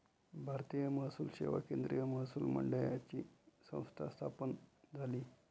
भारतीय महसूल सेवा केंद्रीय महसूल मंडळाची संस्था स्थापन झाली